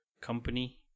company